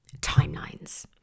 timelines